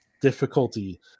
difficulty